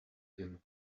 him